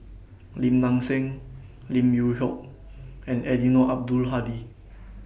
Lim Nang Seng Lim Yew Hock and Eddino Abdul Hadi